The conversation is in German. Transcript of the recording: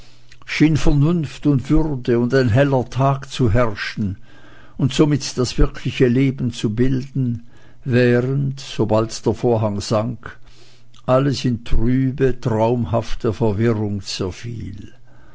schien vernunft und würde und ein heller tag zu herrschen und somit das wirkliche leben zu bilden während sobald der vorhang sank alles in trübe traumhafte verwirrung